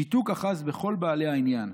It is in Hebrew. שיתוק אחז בכל בעלי העניין,